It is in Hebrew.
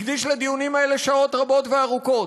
הקדיש לדיונים האלה שעות רבות וארוכות.